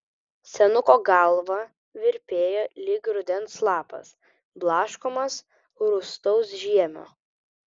senuko galva virpėjo lyg rudens lapas blaškomas rūstaus žiemio